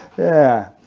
yeah,